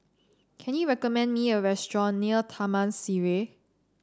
can you recommend me a restaurant near Taman Sireh